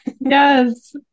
Yes